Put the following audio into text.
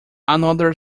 another